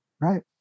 Right